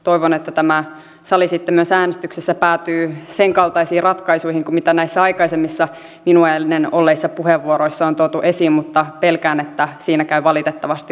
toivon että tämä sali sitten myös äänestyksessä päätyy sen kaltaisiin ratkaisuihin kuin mitä näissä aikaisemmissa minua ennen olleissa puheenvuoroissa on tuotu esiin mutta pelkään että siinä käy valitettavasti juuri päinvastoin